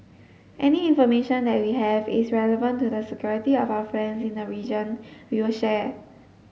any information that we have is relevant to the security of our friends in the region we will share